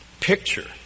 picture